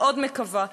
מקווה מאוד.